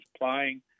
playing